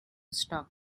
stalk